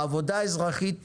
העבודה האזרחית